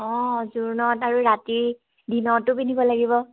অঁ জোৰোণত আৰু ৰাতি দিনতো পিন্ধিব লাগিব